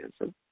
answer